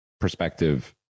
perspective